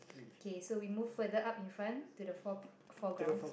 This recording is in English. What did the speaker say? okay so we move further up in front to the fore pic~ foreground